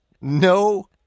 No